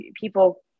people